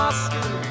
Oscar